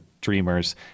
dreamers